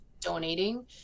donating